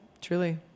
Truly